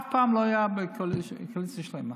אף פעם הוא לא היה קואליציה שלמה.